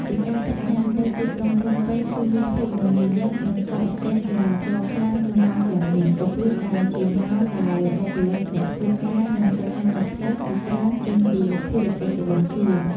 ជាការពិតណាស់ នៅទីក្រុងភ្នំពេញគឺមានភាពមមាញឹកនិងកកស្ទះចរាចរណ៍ខ្លាំងនៅម៉ោងទាំងនេះ ក៏ព្រោះតែជាម៉ោងដែលបុគ្កលិក អ្នកធ្វើការនិងសិស្សានុសិស្សជាច្រើនចេញពីភារកិច្ចរបស់ខ្លួន។